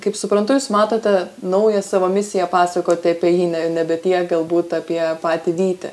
kaip suprantu jūs matote naują savo misiją pasakoti apie jį ne nebe tiek galbūt apie patį vytį